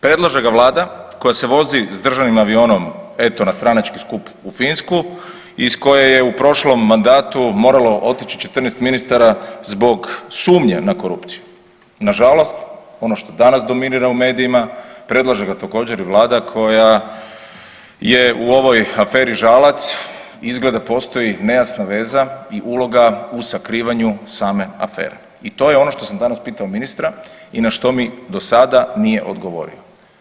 Predlaže ga Vlada koja se vozi s državnim avionom eto na stranački skup u Finsku iz koje je u prošlom mandatu moralo otići 14 Ministara zbog sumnje na korupciju i nažalost ono što danas dominira u medijima, predlaže ga također i Vlada koja je u ovoj aferi Žalac izgleda postoji nejasna veza i uloga u sakrivanju same afere i to je ono što sam danas pitao ministra i što mi do sada nije odgovorio.